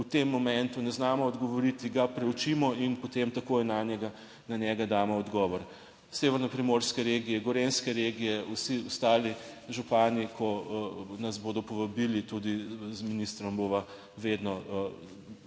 v tem momentu ne znamo odgovoriti, ga preučimo in potem takoj na njega damo odgovor. Severnoprimorske regije, gorenjske regije, vsi ostali župani, ko nas bodo povabili, tudi z ministrom bova vedno